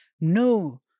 No